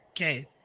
Okay